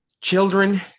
children